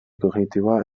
kognitiboa